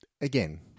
again